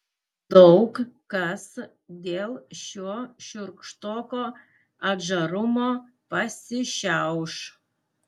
daug kas dėl šio šiurkštoko atžarumo pasišiauš